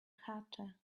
hatter